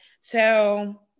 So-